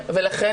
כל אחת,